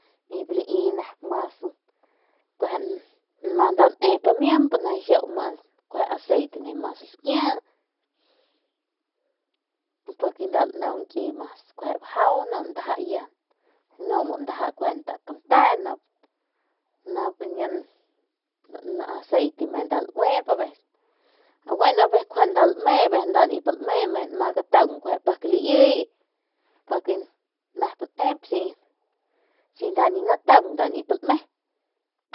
Nda nep nep mimp aceite nijiy mu nda laep mimp y biu aceite njiy mas nda kui y si nda ni nataung nda nip lame.